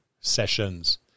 sessions